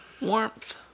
warmth